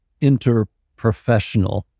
interprofessional